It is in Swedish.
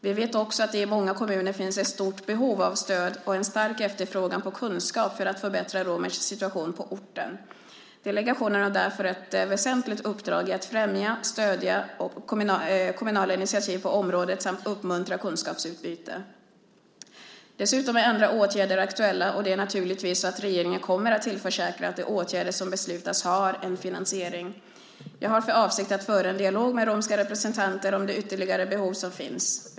Vi vet också att det i många kommuner finns ett stort behov av stöd och en stark efterfrågan på kunskap för att förbättra romers situation på orten. Delegationen har därför ett väsentligt uppdrag i att främja och stödja kommunala initiativ på området samt uppmuntra kunskapsutbyte. Dessutom är andra åtgärder aktuella, och det är naturligtvis så att regeringen kommer att tillförsäkra att de åtgärder som beslutas har en finansiering. Jag har för avsikt att föra en dialog med romska representanter om de ytterligare behov som finns.